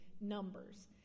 numbers